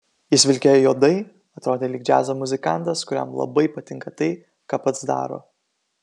jis vilkėjo juodai atrodė lyg džiazo muzikantas kuriam labai patinka tai ką pats daro